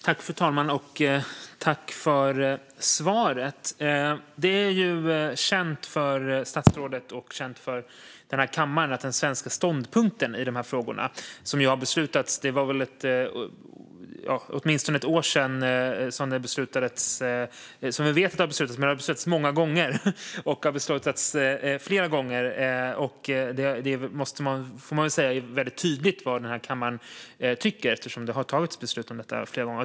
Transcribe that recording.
Fru talman! Tack, statsrådet, för svaret! Det är känt för statsrådet och kammaren att den svenska ståndpunkten i de här frågorna beslutades för åtminstone ett år sedan. Men vi vet att det har beslutats flera gånger. Det är väldigt tydligt vad kammaren tycker, eftersom det har fattats beslut om det flera gångar.